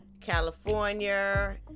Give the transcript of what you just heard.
california